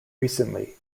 recently